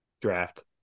Draft